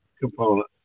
component